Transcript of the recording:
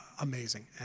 amazing